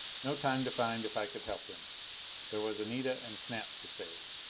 no time to find if i could help him there was anita and snap to save.